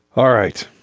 all right